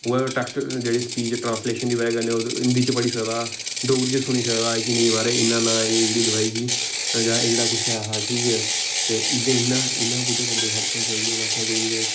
उ'ऐ टैक्स्ट जेह्ड़ी speech translation दी बजह् कन्नै हिन्दी च पढ़ी सकदा डोगरी च सुनी सकदा कि नेईं महाराज एह् इ'यां इ'यां एह्कड़ी दवाई ही जां एह्कड़ा कुछ हा ठीक ऐ ते इयै इ'यां इ'यां बुड्डे बंदे दी हैल्प होई सकदी हून आक्खै कोई ते